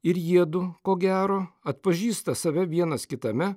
ir jiedu ko gero atpažįsta save vienas kitame